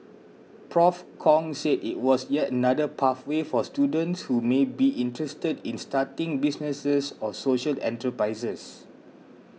Prof Kong said it was yet another pathway for students who may be interested in starting businesses or social enterprises